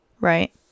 right